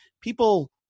people